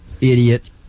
Idiot